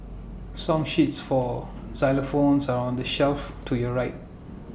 song sheets for xylophones are on the shelf to your right